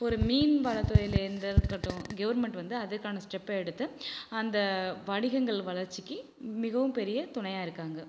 ஒரு மீன் வளத்துறையிலேருந்து வந்து இருக்கட்டும் கவுர்மென்ட் வந்து அதற்கான ஸ்டெப்பை எடுத்து அந்த வணிகங்கள் வளர்ச்சிக்கு மிகவும் பெரிய துணையாக இருக்காங்க